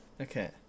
Okay